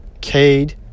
Cade